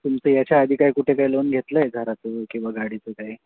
तुमचं याच्या आधी काय कुठे काही लोन घेतलं आहे घराचं किंवा गाडीचं काही